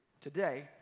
today